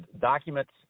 documents